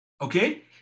okay